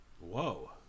whoa